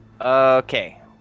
Okay